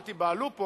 אל תיבהלו פה,